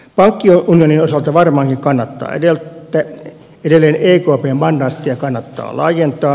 pankkiunionin osalta varmaankin edelleen ekpn mandaattia kannattaa laajentaa